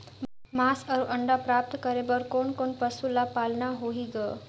मांस अउ अंडा प्राप्त करे बर कोन कोन पशु ल पालना होही ग?